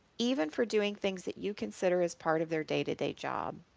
even for doing things that you consider as part of their day-to-day job.